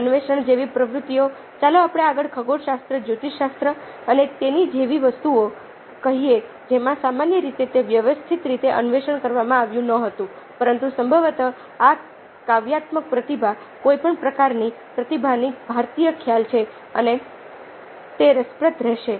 અન્વેષણ જેવી પ્રવૃત્તિઓ ચાલો આપણે ખગોળશાસ્ત્ર જ્યોતિષશાસ્ત્ર અને તેના જેવી વસ્તુઓ કહીએ જેમાં સામાન્ય રીતે તે વ્યવસ્થિત રીતે અન્વેષણ કરવામાં આવ્યું ન હતું પરંતુ સંભવતઃ આ કાવ્યાત્મક પ્રતિભા કોઈપણ પ્રકારની પ્રતિભાની ભારતીય ખ્યાલ છે અને તે રસપ્રદ રહેશે